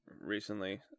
Recently